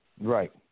Right